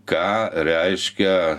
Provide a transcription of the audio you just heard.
ką reiškia